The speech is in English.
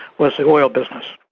was the oil business.